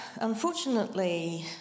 unfortunately